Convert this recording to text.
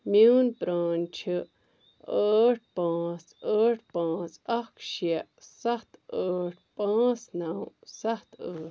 میٛون پران چھُ ٲٹھ پانٛژھ ٲٹھ پانٛژھ اکھ شےٚ ستھ ٲٹھ پانٛژھ نَو ستھ ٲٹھ